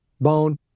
bone